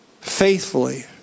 faithfully